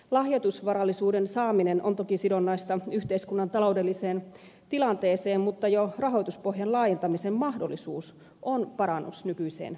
lahjoitusvarallisuuden saaminen on toki sidonnaista yhteiskunnan taloudelliseen tilanteeseen mutta jo rahoituspohjan laajentamisen mahdollisuus on parannus nykyiseen verrattuna